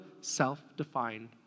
self-defined